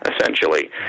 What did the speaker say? essentially